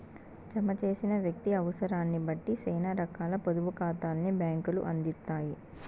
జమ చేసిన వ్యక్తి అవుసరాన్నిబట్టి సేనా రకాల పొదుపు కాతాల్ని బ్యాంకులు అందిత్తాయి